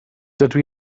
dydw